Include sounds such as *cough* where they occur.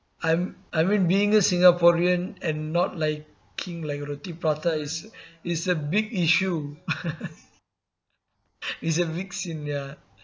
I'm I mean being a singaporean and not liking like roti prata is is a big issue *laughs* is a big sin ya